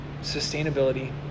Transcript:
Sustainability